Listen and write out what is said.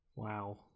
wow